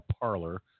parlor